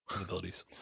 abilities